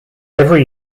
every